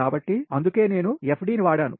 కాబట్టి అందుకే నేను FD ని వాడాను